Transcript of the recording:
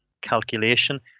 calculation